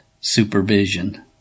supervision